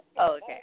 Okay